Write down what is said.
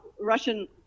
Russian